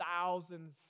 thousands